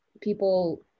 people